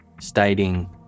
stating